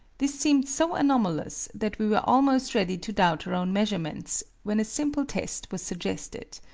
this seemed so anomalous that we were almost ready to doubt our own measurements, when a simple test was suggested.